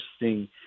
interesting